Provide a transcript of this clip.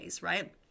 Right